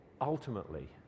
ultimately